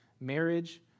marriage